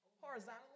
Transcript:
horizontally